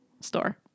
store